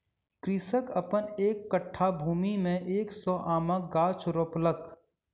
कृषक अपन एक कट्ठा भूमि में एक सौ आमक गाछ रोपलक